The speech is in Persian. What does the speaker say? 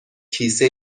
کیسه